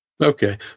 Okay